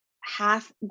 half